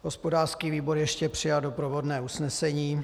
Hospodářský výbor ještě přijal doprovodné usnesení.